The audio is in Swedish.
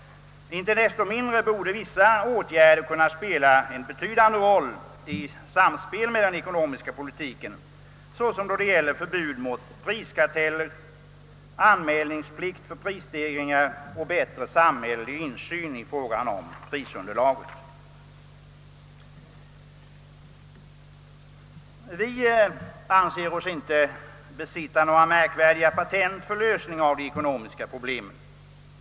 Inte desto mindre borde vissa åtgärder kunna spela en betydande roll i samspel med den ekonomiska politiken, såsom i fråga om förbud mot priskarteller, anmälningsplikt för prisstegringar och bättre samhällelig insyn i fråga om prisunderlaget. Vi anser oss inte besitta några märkvärdiga patent för lösandet av de ekonomiska problemen.